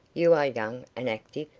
you are young and active.